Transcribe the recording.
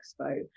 Expo